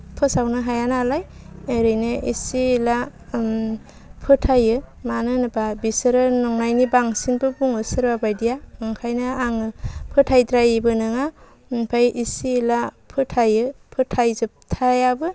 फोसावनो हाया नालाय ओरैनो एसे एला फोथायो मानो होनोबा बिसोरो नंनायनि बांसिनबो बुङो सोरबा बायदिया ओंखायनो आं फोथायद्रायैबो नङा ओमफ्राय एसे एला फोथायो फोथायजोबथायाबो